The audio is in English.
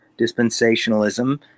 dispensationalism